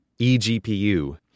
eGPU